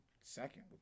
second